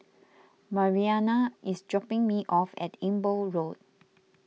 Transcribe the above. Mariana is dropping me off at Amber Road